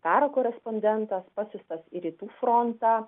karo korespondentas pasiųstas į rytų frontą